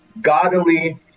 godly